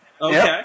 Okay